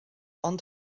ond